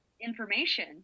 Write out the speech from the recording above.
information